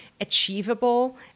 achievable